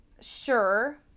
sure